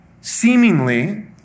seemingly